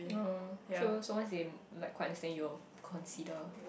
oh true so once they like quite understand you'll consider